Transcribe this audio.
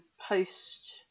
post